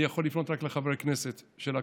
אני יכול לפנות רק לחברי הכנסת של הקואליציה,